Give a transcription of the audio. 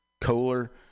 Kohler